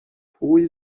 pwy